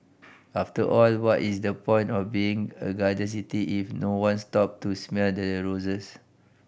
after all what is the point of being a garden city if no one stop to smell the roses